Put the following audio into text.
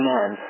Man